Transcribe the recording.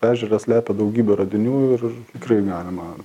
ežeras slepia daugybę radinių ir tikrai galima